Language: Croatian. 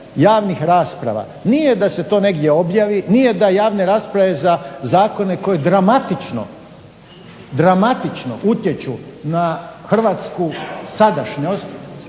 javnih rasprava nije da se to negdje objavi, nije da javne rasprave za zakone koji dramatično utječu na hrvatsku sadašnjost